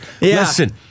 Listen